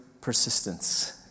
persistence